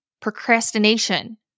procrastination